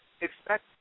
expect